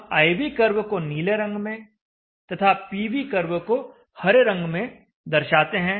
हम I V curve को नीले रंग में तथा P V कर्व को हरे रंग में दर्शाते हैं